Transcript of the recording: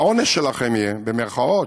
"העונש" שלכם יהיה, במירכאות,